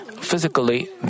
physically